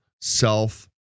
self